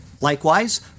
Likewise